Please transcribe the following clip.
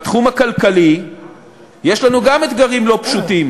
בתחום הכלכלי יש לנו גם כן אתגרים לא פשוטים.